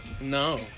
No